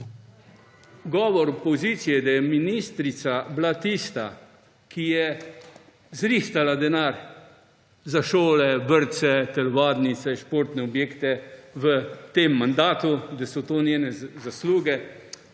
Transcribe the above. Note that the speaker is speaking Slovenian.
govora pozicije, da je bila ministrica tista, ki je zrihtala denar za šole, vrtce, telovadnice, športne objekte v tem mandatu, da so to njene zasluge.